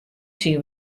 syn